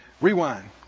Rewind